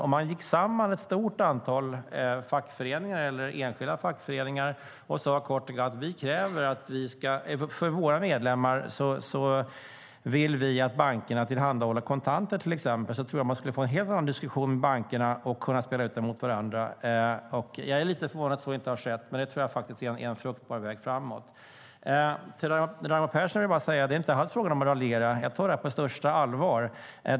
Om ett antal fackföreningar går samman och kräver att bankerna tillhandahåller kontanter till medlemmarna skulle det inte förvåna mig om man får en helt annan diskussion med bankerna och kan spela ut dem mot varandra. Jag är lite förvånad över att så inte har skett, för jag tror att det är en fruktbar väg framåt. Jag raljerar inte, Raimo Pärssinen. Jag tar det på största allvar.